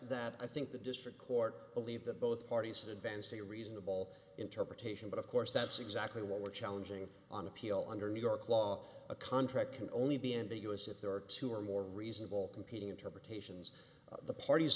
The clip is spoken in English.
that i think the district court believe that both parties advance a reasonable interpretation but of course that's exactly what we're challenging on appeal under new york law a contract can only be ambiguous if there are two or more reasonable competing interpretations of the parties